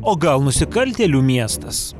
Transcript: o gal nusikaltėlių miestas